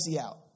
out